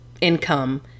income